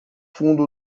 fundo